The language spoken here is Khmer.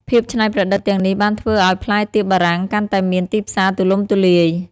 ភាពច្នៃប្រឌិតទាំងនេះបានធ្វើឱ្យផ្លែទៀបបារាំងកាន់តែមានទីផ្សារទូលំទូលាយ។